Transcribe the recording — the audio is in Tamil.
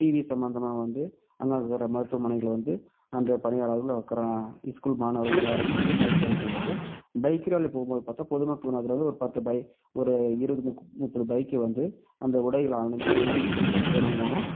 டிவி சம்மந்தமாக வந்து அங்கே இருக்கிற மருத்துவனைகள்ல வந்து அந்த பணியாளர்கள் வக்கறம் இஸ்ஸ்கூல் மாணவர்கள் எல்லாருமே சேர்ந்து பைக் ராலி செய்வாங்கள் பைக் ராலில போகும்போது பார்த்தா பொது மக்கள் மத்தியில வந்து ஒரு பத்து பை ஒரு இருபது முப்பது பைக்கை வந்து அந்த உடைகளை அணிந்து ஹெல்மெட்டு போட்டு போனாங்களான்னா